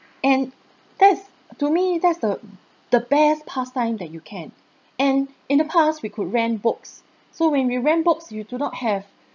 and that's to me that's the the best past time that you can and in the past we could rent books so when we rented books you do not have